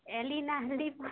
Elina Hedi